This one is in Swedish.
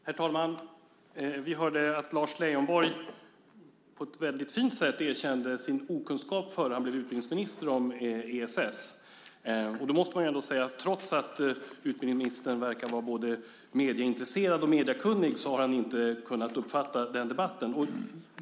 Herr talman! Vi hörde att Lars Leijonborg på ett väldigt fint sätt erkände sin okunskap om ESS innan han blev utbildningsminister. Då måste man ändå säga att trots att utbildningsministern verkar vara både medieintresserad och mediekunnig har han inte kunnat uppfatta den debatten.